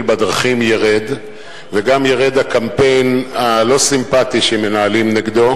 בדרכים ירד וגם ירד הקמפיין הלא-סימפתי שמנהלים נגדו,